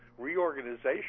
reorganization